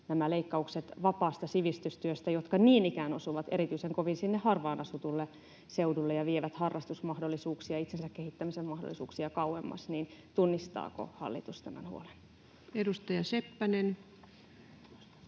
nämä leikkaukset vapaasta sivistystyöstä, jotka niin ikään osuvat erityisen kovin sinne harvaan asutulle seudulle ja vievät harrastusmahdollisuuksia, itsensä kehittämisen mahdollisuuksia kauemmas, niin tunnistaako hallitus tämän huolen? [Speech